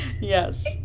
yes